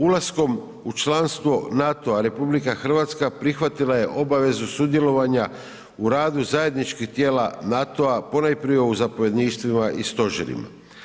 Ulaskom u članstvo NATO-a RH prihvatila je obavezu sudjelovanja u radu zajedničkih tijela NATO-a, ponajprije u zapovjedništvima i stožerima.